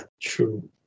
true